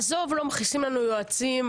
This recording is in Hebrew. עזוב, לא מכניסים לנו יועצים,